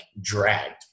dragged